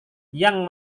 yang